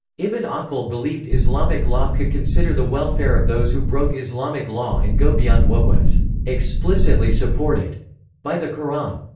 ibn ah aqil believed islamic law could consider the welfare of those who broke islamic law and go beyond what was explicitly supported by the quran.